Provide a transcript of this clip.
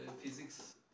physics